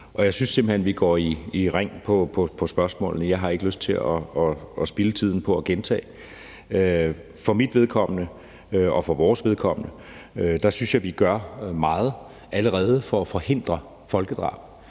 og jeg synes simpelt hen, vi går i ring på spørgsmålene. Jeg har ikke lyst til at spilde tiden på at gentage. For mit vedkommende og for vores vedkommende synes jeg, at vi allerede gør meget for at forhindre folkedrab.